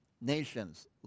nations